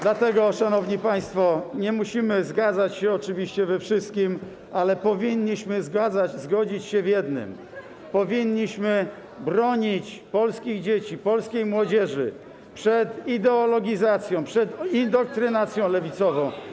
Dlatego szanowni państwo, nie musimy zgadzać się we wszystkim, ale powinniśmy zgodzić się w jednym, powinniśmy bronić polskich dzieci, polskiej młodzieży przed ideologizacją, przed indoktrynacją lewicową.